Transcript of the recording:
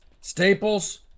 Staples